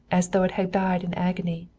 as though it had died in agony.